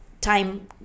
time